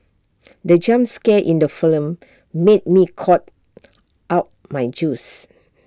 the jump scare in the film made me cough out my juice